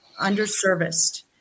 underserviced